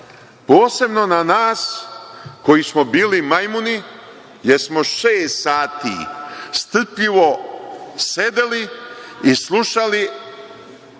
posebno na nas koji smo bili majmuni jer smo šest sati strpljivo sedeli i slušali